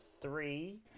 three